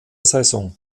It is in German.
saison